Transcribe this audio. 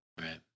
Right